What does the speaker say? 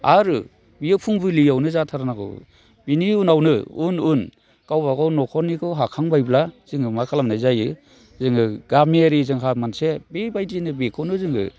आरो बियो फुंबिलियावनो जाथारनांगौ बिनि उनावनो उन उन गावबागाव न'खरनिखौ हाखांबायब्ला जोङो मा खालामनाय जायो जोङो गामियारि जोंहा मोनसे बेबायदिनो बेखौनो जोङो